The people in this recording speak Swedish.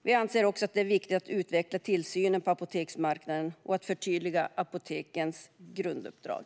Vi anser också att det är viktigt att utveckla tillsynen på apoteksmarknaden och att förtydliga apotekens grunduppdrag.